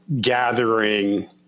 gathering